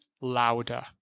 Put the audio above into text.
louder